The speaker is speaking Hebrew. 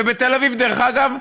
ובתל אביב, דרך אגב,